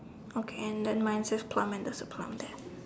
okay then mine says plumber and there's a plumber there